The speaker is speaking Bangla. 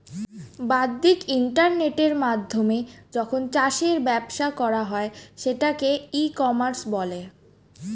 বাদ্দিক ইন্টারনেটের মাধ্যমে যখন চাষের ব্যবসা করা হয় সেটাকে ই কমার্স বলে